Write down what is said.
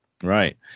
Right